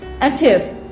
Active